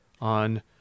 on